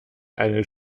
eine